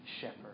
shepherd